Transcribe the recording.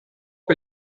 bei